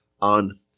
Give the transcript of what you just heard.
on